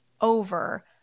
over